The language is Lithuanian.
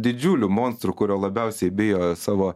didžiuliu monstru kurio labiausiai bijo savo